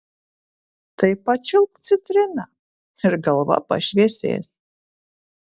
tai pačiulpk citriną ir galva pašviesės